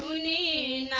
name